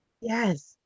Yes